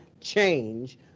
change